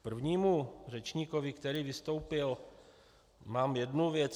K prvnímu řečníkovi, který vystoupil, mám jednu věc.